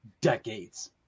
decades